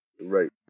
Right